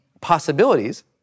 possibilities